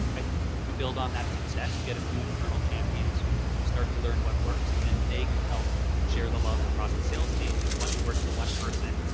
i think to build on that success, you get a few internal champions who start to learn what works and and they can help share the love across the sales team cause once it works for one person,